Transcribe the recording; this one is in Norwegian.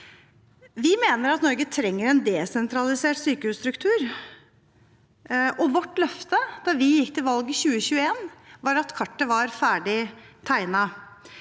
Vi mener at Norge trenger en desentralisert sykehusstruktur, og vårt løfte da vi gikk til valg i 2021, var at kartet var ferdig tegnet.